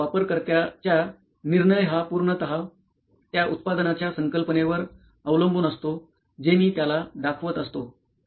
परंतु वापरकर्त्याच्या निर्णय हा पूर्णतः त्या उत्पादनाच्या संकल्पनेवर अवलंबून असतो जे मी त्याला दाखवत असतो